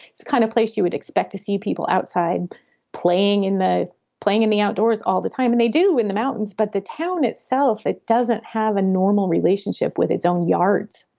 it's kind of place you would expect to see people outside playing in the playing in the outdoors all the time. and they do in the mountains. but the town itself, it doesn't have a normal relationship with its own yards,